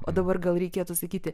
o dabar gal reikėtų sakyti